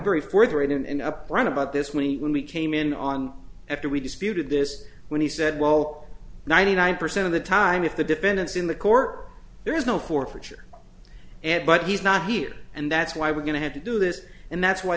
very forthright and up front about this when he when we came in on after we disputed this when he said well ninety nine percent of the time if the defendants in the court there is no forfeiture and but he's not here and that's why we're going to have to do this and that's why